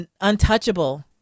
untouchable